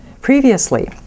previously